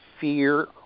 fear